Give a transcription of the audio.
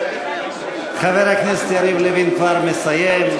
חבר הכנסת יריב לוין כבר מסיים.